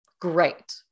great